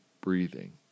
breathing